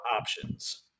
options